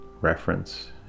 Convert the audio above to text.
reference